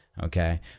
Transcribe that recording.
Okay